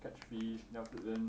catch fish then after that then